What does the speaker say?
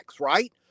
right